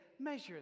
measure